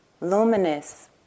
luminous